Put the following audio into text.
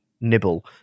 nibble